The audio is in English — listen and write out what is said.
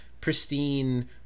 pristine